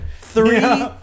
three